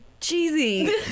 cheesy